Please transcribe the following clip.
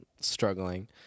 struggling